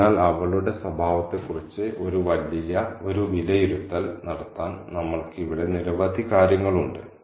അതിനാൽ അവളുടെ സ്വഭാവത്തെക്കുറിച്ച് ഒരു വിലയിരുത്തൽ നടത്താൻ നമ്മൾക്ക് ഇവിടെ നിരവധി കാര്യങ്ങൾ ഉണ്ട്